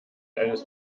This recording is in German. eines